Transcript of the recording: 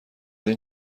این